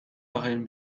اخرین